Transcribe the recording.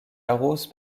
arrose